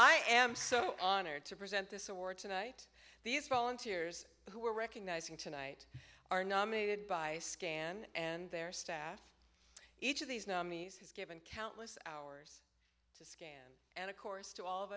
i am so honored to present this award tonight these volunteers who are recognizing tonight are nominated by scan and their staff each of these nominees has given countless hours and of course to all of